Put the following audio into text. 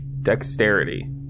dexterity